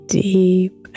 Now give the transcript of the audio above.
deep